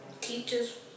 Teachers